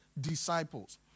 disciples